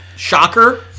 Shocker